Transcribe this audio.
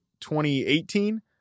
2018